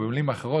ובמילים אחרות,